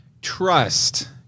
Trust